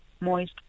moist